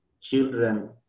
children